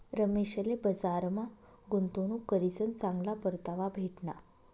रमेशले बजारमा गुंतवणूक करीसन चांगला परतावा भेटना